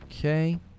Okay